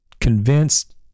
convinced